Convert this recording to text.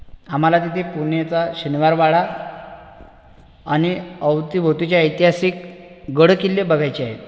आम्हाला तिथे पुणेचा शनिवार वाडा आणि आवतीभोवतीच्या ऐतिहासिक गडकिल्ले बघायचे आहेत